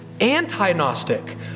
anti-Gnostic